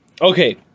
Okay